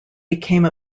became